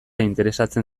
interesatzen